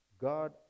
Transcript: God